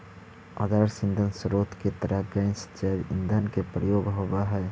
आदर्श ईंधन स्रोत के तरह गैस जैव ईंधन के प्रयोग होवऽ हई